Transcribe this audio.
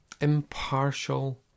impartial